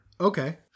Okay